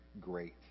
great